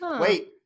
wait